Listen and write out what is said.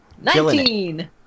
Nineteen